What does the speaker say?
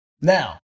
Now